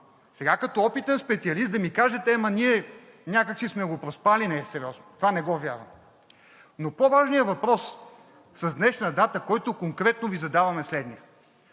Сега като опитен специалист да ми кажете: ама ние някак си сме го проспали, не е сериозно! Това не го вярвам. Но по-важният въпрос, с днешна дата, който конкретно Ви задавам, е следният: